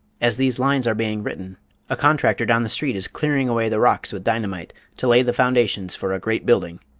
as these lines are being written a contractor down the street is clearing away the rocks with dynamite to lay the foundations for a great building.